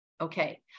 Okay